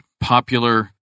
popular